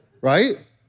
right